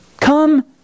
Come